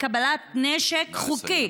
קבלת נשק חוקי